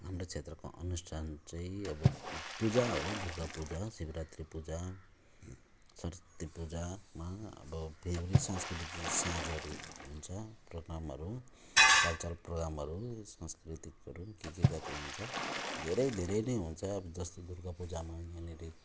हाम्रो क्षेत्रको अनुष्ठान चाहिँ अब पूजा हो दुर्गापूजा शिवरात्रि पूजा सरस्वती पूजामा अब त्यही हो कि सांस्कृतिक साँझहरू हुन्छ र प्रोग्रामहरू कल्चरल प्रोग्रामहरू सांस्कृतिकहरू के के जाति हुन्छ धेरै धेरै नै हुन्छ अब जस्तो दुर्गापूजामा यहाँनेरि